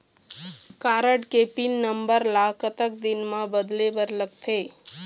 Card के pin number ला कतक दिन म बदले बर लगथे?